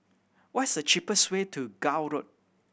what is the cheapest way to Gul Road